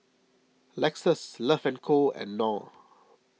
Lexus Love and Co and Knorr